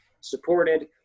supported